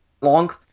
long